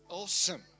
awesome